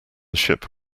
ship